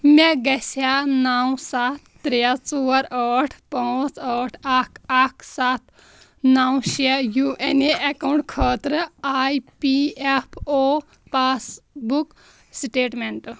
مےٚ گٔژھِ ہا نَو سَتھ ترٛےٚ ژور ٲٹھ پانٛژھ ٲٹھ اَکھ اَکھ سَتھ نَو شےٚ یوٗ این اے اکاونٹ خٲطرٕ A P F O passbook statement